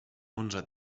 onze